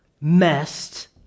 messed